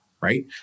right